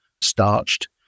starched